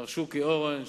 מר שוקי אורן,